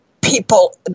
people